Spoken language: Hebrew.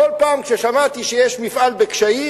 בכל פעם כששמעתי שיש מפעל בקשיים,